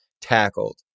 tackled